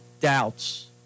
doubts